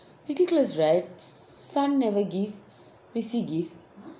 ridiculous right son never give prissy give